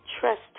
trust